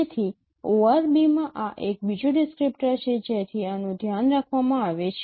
તેથી ORB માં આ એક બીજું ડિસ્ક્રિપ્ટર છે જેથી આનું ધ્યાન રાખવામાં આવે છે